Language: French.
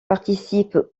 participe